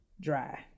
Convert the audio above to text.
dry